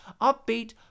upbeat